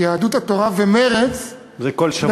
יהדות התורה ומרצ, זה כל שבוע.